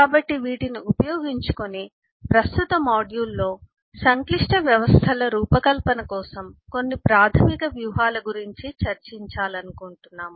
కాబట్టి వీటిని ఉపయోగించుకొని ప్రస్తుత మాడ్యూల్లో సంక్లిష్ట వ్యవస్థల రూపకల్పన కోసం కొన్ని ప్రాథమిక వ్యూహాల గురించి చర్చించాలనుకుంటున్నాము